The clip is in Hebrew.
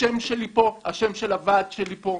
השם שלי פה, השם של הוועד שלי פה.